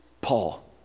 Paul